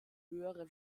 höhere